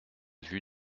vue